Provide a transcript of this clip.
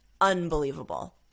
unbelievable